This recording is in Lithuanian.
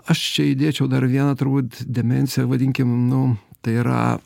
aš čia įdėčiau dar vieną turbūt demensiją vadinkim nu tai yra